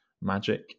Magic